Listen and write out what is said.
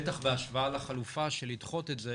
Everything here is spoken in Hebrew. בטח בהשוואה לחלופה של לדחות את זה